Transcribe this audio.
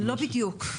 לא בדיוק.